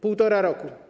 Półtora roku.